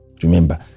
Remember